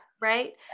right